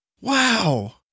Wow